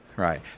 right